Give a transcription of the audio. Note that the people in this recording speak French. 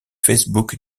facebook